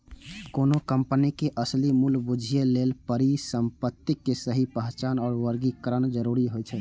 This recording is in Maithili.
कोनो कंपनी के असली मूल्य बूझय लेल परिसंपत्तिक सही पहचान आ वर्गीकरण जरूरी होइ छै